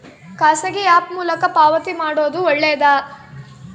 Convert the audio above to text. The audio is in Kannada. ಖಾಸಗಿ ಆ್ಯಪ್ ಮೂಲಕ ಪಾವತಿ ಮಾಡೋದು ಒಳ್ಳೆದಾ?